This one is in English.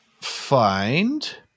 find